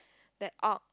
that art